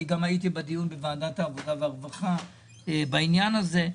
אני גם הייתי בדיון בוועדת העבודה והרווחה בעניין הזה.